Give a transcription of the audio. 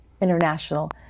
international